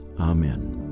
Amen